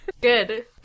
Good